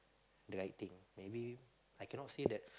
the right thing maybe I cannot say that